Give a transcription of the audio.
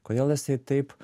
kodėl jisai taip